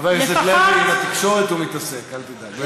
חבר הכנסת לוי, עם התקשורת הוא מתעסק, אל תדאג.